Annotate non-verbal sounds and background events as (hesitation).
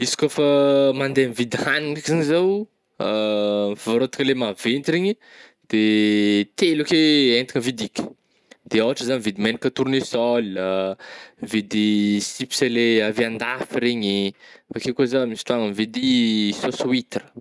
Izy ka fa mandeha mividy hagnina ndraiky zany zaho (hesitation) fivarotagna le maventy regny, de telo akeo entagna vidiko, de ôhatra zah mividy megnaka tournesol, mividy chips le avy andafy regny avy akeo ko zah misy fotoagna mividy saosy huitre.